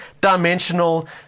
dimensional